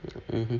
mmhmm